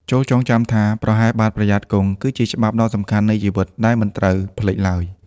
ចូរចងចាំថា «ប្រហែសបាត់ ប្រយ័ត្នគង់» គឺជាច្បាប់ដ៏សំខាន់នៃជីវិតដែលមិនត្រូវភ្លេចឡើយ។